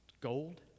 Gold